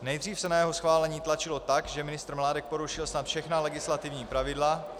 Nejdřív se na jeho schválení tlačilo tak, že ministr Mládek porušil snad všechna legislativní pravidla...